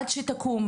עד שתקום,